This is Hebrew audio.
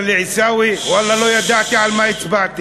אומר לי: עיסאווי, ואללה, לא ידעתי על מה הצבעתי.